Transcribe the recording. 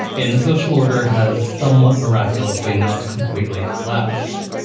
and the social order has somewhat miraculously not completely collapsed.